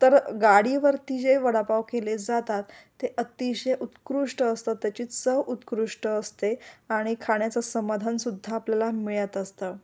तर गाडीवरती जे वडापाव केले जातात ते अतिशय उत्कृष्ट असतात त्याची चव उत्कृष्ट असते आणि खाण्याचं समाधानसुद्धा आपल्याला मिळत असतं